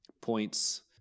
Points